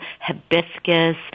hibiscus